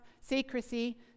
secrecy